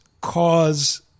cause